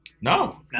no